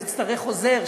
תצטרך עוזר,